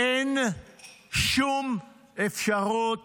אין שום אפשרות